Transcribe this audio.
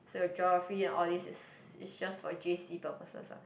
so your geography and all these is is just for j_c purposes ah